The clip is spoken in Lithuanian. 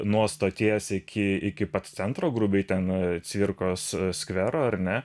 nuo stoties iki iki pat centro grubiai ten cvirkos skvero ar ne